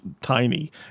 tiny